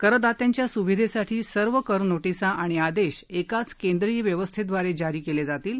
करदात्यांच्या स्विधेसाठी सर्व कर नोटिसा आणि आदेश एकाच केंद्रीय व्यवस्थेदवारे जारी केले जातील